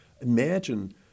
imagine